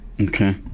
Okay